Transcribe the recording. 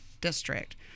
district